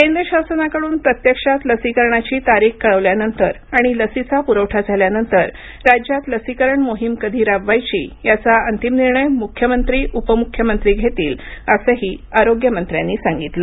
केंद्र शासनाकडून प्रत्यक्षात लसीकरणाची तारीख कळविल्यानंतर आणि लसीचा प्रवठा झाल्यानंतर राज्यात लसीकरण मोहिम कधी राबवायची याचा अंतिम निर्णय मुख्यमंत्री उपमुख्यमंत्री घेतील असेही आरोग्यमंत्र्यांनी सांगितले